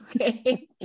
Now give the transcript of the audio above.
Okay